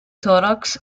thorax